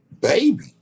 baby